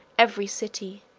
every city,